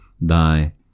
thy